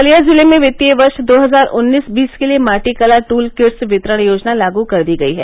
बलिया जिले में वित्तीय वर्ष दो हजार उन्नीस बीस के लिये मादी कला टूल किट्स वितरण योजना लागू कर दी गयी है